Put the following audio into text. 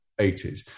80s